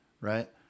Right